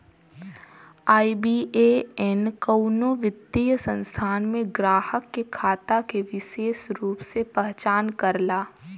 IBAN कउनो वित्तीय संस्थान में ग्राहक के खाता के विसेष रूप से पहचान करला